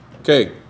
Okay